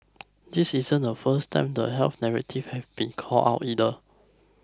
this isn't the first time the health narratives have been called out either